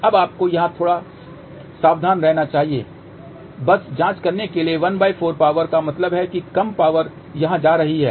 अब आपको यहां थोड़ा सावधान रहना चाहिए बस जाँच करने के लिए ¼ पावर का मतलब है कि कम पावर यहाँ जा रही है